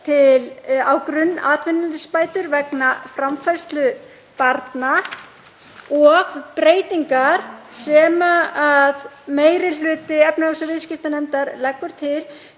á grunnatvinnuleysisbætur vegna framfærslu barna og breytingar sem meiri hluti efnahags- og viðskiptanefndar leggur til